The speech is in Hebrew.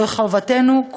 וזוהי חובתנו,